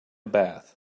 bath